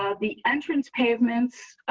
ah the entrance pavements.